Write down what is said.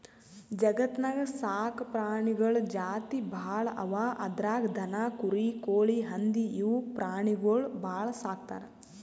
ಜಗತ್ತ್ನಾಗ್ ಸಾಕ್ ಪ್ರಾಣಿಗಳ್ ಜಾತಿ ಭಾಳ್ ಅವಾ ಅದ್ರಾಗ್ ದನ, ಕುರಿ, ಕೋಳಿ, ಹಂದಿ ಇವ್ ಪ್ರಾಣಿಗೊಳ್ ಭಾಳ್ ಸಾಕ್ತರ್